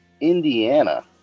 Indiana